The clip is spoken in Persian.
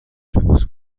درست